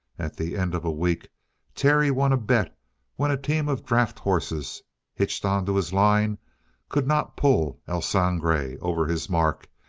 at the end of a week terry won a bet when a team of draught horses hitched onto his line could not pull el sangre over his mark,